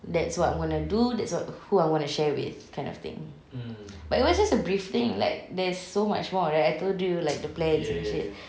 that's what I'm going to do that's what who I want to share with kind of thing but it was just a brief thing like there's so much more right like I told you right like the plans and shit